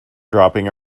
dropping